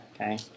Okay